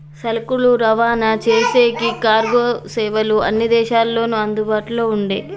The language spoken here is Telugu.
సరుకులు రవాణా చేసేకి కార్గో సేవలు అన్ని దేశాల్లోనూ అందుబాటులోనే ఉండే